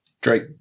Drake